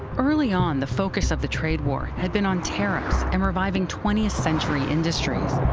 early on, the focus of the trade war had been on tariffs and reviving twentieth century industries.